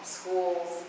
schools